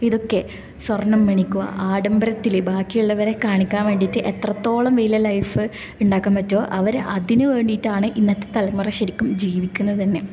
ഇതൊക്കെ സ്വർണ്ണം മേടിക്കുക ആഡംബരത്തിൽ ബാക്കിയുള്ളവരെ കാണിക്കാൻ വേണ്ടീട്ട് എത്രത്തോളം വലിയ ലൈഫ് ഉണ്ടാക്കാൻ പറ്റോ അവർ അതിന് വേണ്ടീട്ടാണ് ഇന്നത്തെ തലമുറ ശരിക്കും ജീവിക്കുന്നത് തന്നെ